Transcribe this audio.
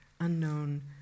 unknown